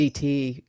ct